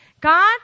God